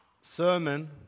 sermon